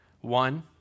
One